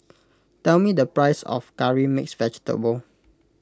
tell me the price of Curry Mixed Vegetable